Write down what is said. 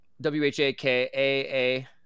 W-H-A-K-A-A –